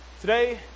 Today